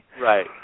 Right